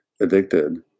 addicted